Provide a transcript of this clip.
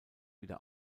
wieder